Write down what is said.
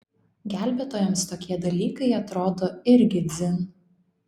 gelbėtojams tokie dalykai atrodo irgi dzin